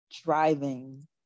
driving